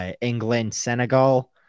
England-Senegal